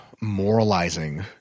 moralizing